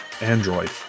android